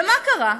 ומה קרה,